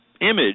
image